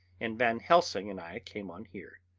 and van helsing and i came on here.